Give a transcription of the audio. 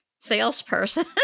salesperson